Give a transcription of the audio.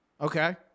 Okay